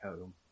home